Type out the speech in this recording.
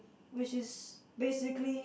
which is basically